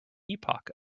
epoch